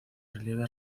relieve